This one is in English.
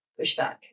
pushback